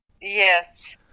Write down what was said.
Yes